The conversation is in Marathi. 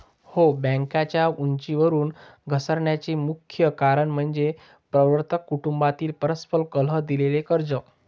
हो, बँकेच्या उंचीवरून घसरण्याचे मुख्य कारण म्हणजे प्रवर्तक कुटुंबातील परस्पर कलह, दिलेली कर्जे